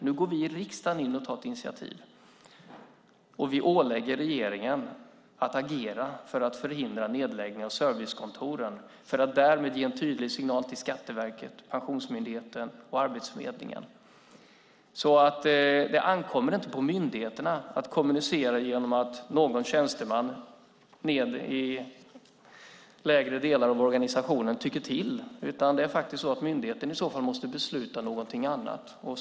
Nu tar vi i riksdagen ett initiativ och ålägger regeringen att agera för att förhindra nedläggningen av servicekontoren och därmed ge en tydlig signal till Skatteverket, Pensionsmyndigheten och Arbetsförmedlingen. Det ankommer inte på myndigheterna att kommunicera genom att någon tjänsteman i lägre delar av organisationen tycker till, utan det är myndigheten som måste besluta någonting annat.